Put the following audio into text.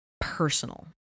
personal